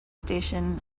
station